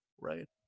right